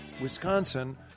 Wisconsin